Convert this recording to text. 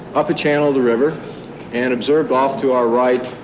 up a channel of the river and observed off to our right